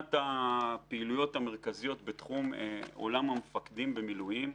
מבחינת הפעילויות המרכזיות בתחום המפקדים במילואים,